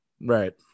right